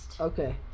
Okay